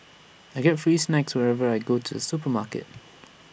I get free snacks wherever I go to the supermarket